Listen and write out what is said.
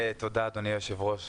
תודה, אדוני היושב-ראש.